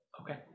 Okay